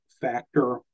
factor